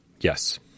Yes